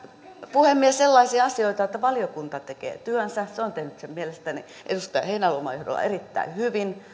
puhemies sellaisia asioita ovat että valiokunta tekee työnsä se on tehnyt sen edustaja heinäluoman johdolla mielestäni erittäin hyvin